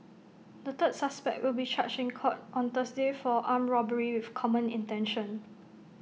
the third suspect will be charged in court on Thursday for armed robbery with common intention